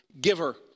giver